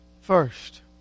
first